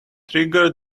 triggers